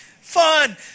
fun